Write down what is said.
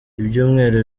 ibyumweru